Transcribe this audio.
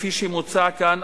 כפי שמוצע כאן,